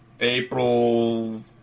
April